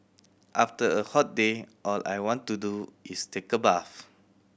after a hot day all I want to do is take a bath